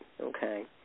okay